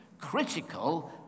critical